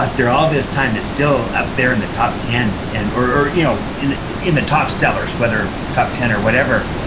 after all this time, it's still up there in the top ten and or you know in in the top sellers, whether top ten or whatever.